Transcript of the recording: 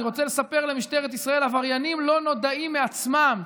אני רוצה לספר למשטרת ישראל: עבריינים לא נודעים מעצמם,